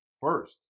first